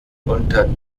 unter